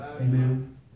Amen